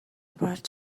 болж